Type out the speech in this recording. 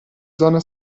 zona